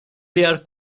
diğer